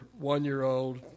one-year-old